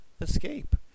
Escape